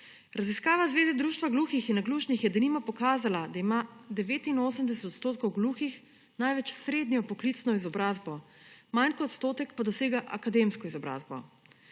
Raziskava v Zvezi društva gluhih in naglušnih je, denimo, pokazala, da ima 89 odstotkov gluhih največ srednjo poklicno izobrazbo, manj kot odstotek pa dosega akademsko izobrazbo.